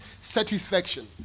satisfaction